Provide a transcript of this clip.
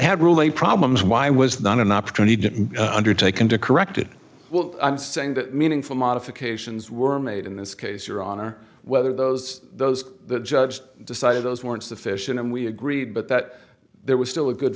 had really problems why was not an opportunity undertaken to correct it well i'm saying that meaningful modifications were made in this case your honor whether those those judge decided those weren't sufficient and we agreed but that there was still a good